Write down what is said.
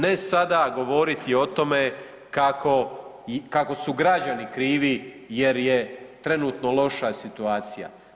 Ne sada govoriti o tome kako su građani krivi jer je trenutno loša situacija.